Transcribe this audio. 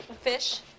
Fish